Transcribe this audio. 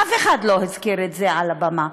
אף אחד לא הזכיר את זה מעל הבמה,